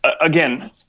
again